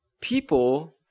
people